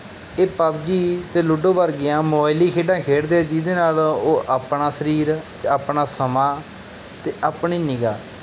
ਇਹ ਪਬਜੀ ਅਤੇ ਲੂਡੋ ਵਰਗੀਆਂ ਮੁਬਾਇਲੀ ਖੇਡਾਂ ਖੇਡਦੇ ਜਿਹਦੇ ਨਾਲ ਉਹ ਆਪਣਾ ਸਰੀਰ ਅਤੇ ਆਪਣਾ ਸਮਾਂ ਅਤੇ ਆਪਣੀ ਨਿਗਾਹ